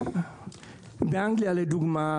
באנגליה לדוגמה,